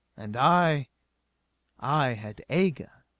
and i i had aga.